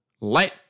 Let